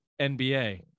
NBA